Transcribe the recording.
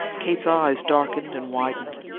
kate's eyes darkened and widened.